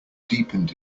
deepened